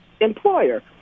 employer